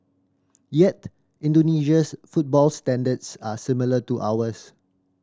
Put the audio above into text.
yet Indonesia's football standards are similar to ours